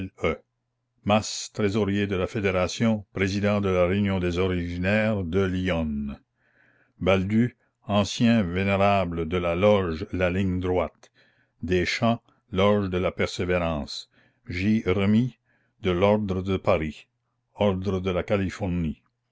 trésorier de la fédération président de la réunion des originaires de l'yonne baldue anc vénér de la loge la ligne droite la commune deschamps loge de la persévérance j remy de l'or de paris or de la californie